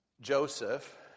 Joseph